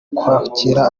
kwakira